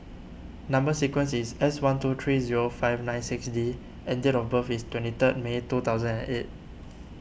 Number Sequence is S one two three zero five nine six D and date of birth is twenty third May two thousand and eight